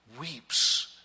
weeps